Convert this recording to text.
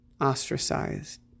ostracized